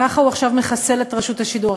ככה הוא עכשיו מחסל את רשות השידור.